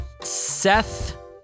Seth